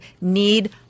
need